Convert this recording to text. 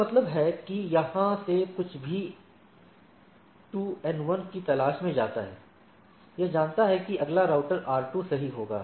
इसका मतलब है कि यहां से कुछ भी 2 एन 1 की तलाश में जाता है यह जानता है कि अगला राउटर आर 2 सही होगा